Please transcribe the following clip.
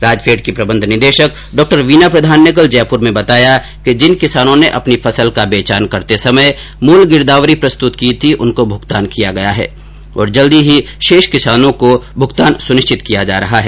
राजफैड की प्रबंध निदेशक डॉ वीना प्रधान ने कल जयपुर में बताया कि जिन किसानों ने अपनी फसल का बेचान करते समय मूल गिरदावरी प्रस्तुत की थी उनकों भुगतान किया गया है और जल्द ही शेष किसानों को भुगतान सुनिश्चित किया जा रहा है